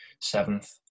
seventh